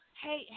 hey